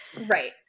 Right